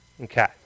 Okay